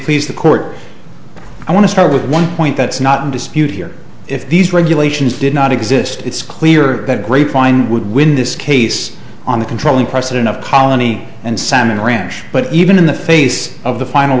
please the court i want to start with one point that's not in dispute here if these regulations did not exist it's clear that a great fine would win this case on the controlling precedent of colony and salmon ranch but even in the face of the final